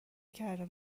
کردن